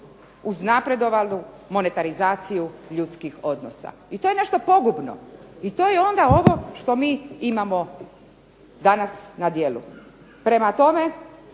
uznapredovalu monetarizaciju ljudskih odnosa. I to je nešto pogubno, i to je onda ovo što mi imamo danas na djelu. Prema tome